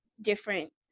different